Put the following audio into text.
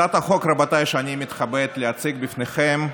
הצעת החוק שאני מתכבד להציג בפניכם,